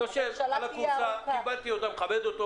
וכיבדתי אותו.